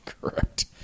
Correct